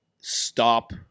Stop